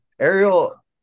Ariel